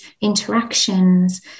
interactions